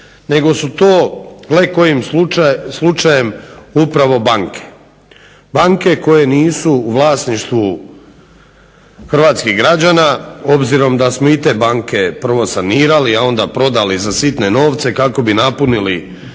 nego su to gle kojim slučajem upravo banke, banke koje nisu u vlasništvu hrvatskih građana obzirom da smo i te banke prvo sanirali, a onda prodali za sitne novce kako bi napunili